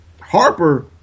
Harper